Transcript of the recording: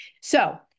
So-